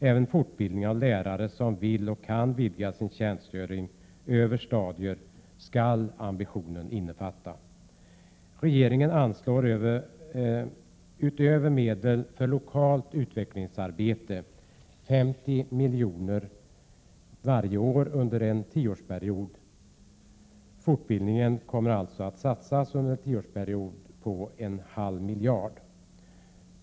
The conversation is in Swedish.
Även fortbildning av lärare som vill och kan vidga sin tjänstgöring över stadier skall ambitionen innefatta. Regeringen anslår därför, utöver medlen för lokalt utvecklingsarbete, 50 miljoner varje år under en tioårsperiod. På fortbildningen kommer det alltså under en tioårsperiod att satsas 0,5 miljarder.